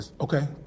okay